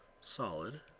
solid